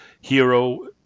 Hero